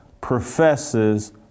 professes